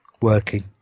working